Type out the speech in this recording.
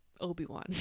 Obi-Wan